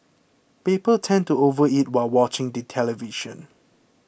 people tend to overeat while watching the television